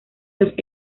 los